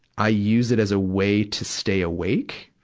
i use it as a way to stay awake.